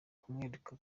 kumwereka